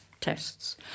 tests